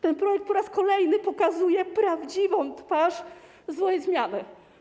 Ten projekt po raz kolejny pokazuje prawdziwą twarz złej zmiany.